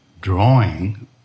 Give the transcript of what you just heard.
drawing